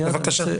בבקשה.